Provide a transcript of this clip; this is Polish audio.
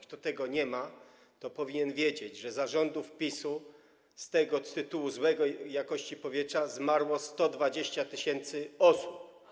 Kto jej nie ma, to powinien wiedzieć, że za rządów PiS-u z powodu złej jakości powietrza zmarło 120 tys. osób.